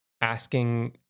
asking